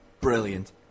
brilliant